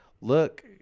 look